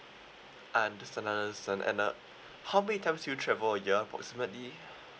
I understand I understand and uh how many times do you travel a year approximately